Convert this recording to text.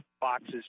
boxes